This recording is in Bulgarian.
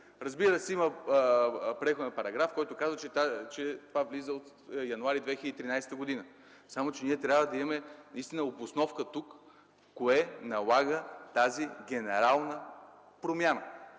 Разбира се, има преходен параграф, който казва, че това влиза от януари 2013 г. Само че ние трябва да имаме наистина обосновка тук кое налага тази генерална промяна.